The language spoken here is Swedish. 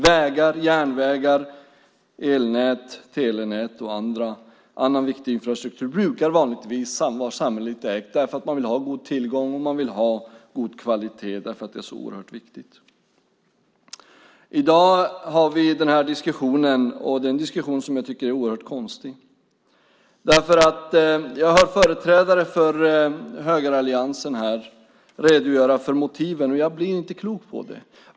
Vägar, järnvägar, elnät, telenät och annan viktig infrastruktur brukar vanligtvis vara samhälleligt ägt därför att man vill ha en god tillgång och man vill ha en god kvalitet, därför att det är så oerhört viktigt. I dag har vi den här diskussionen. Det är en diskussion som jag tycker är oerhört konstig. Jag hör här företrädare för högeralliansen redogöra för motiven. Jag blir inte klok på det.